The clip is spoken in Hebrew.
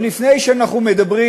עוד לפני שאנחנו מדברים